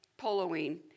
poloing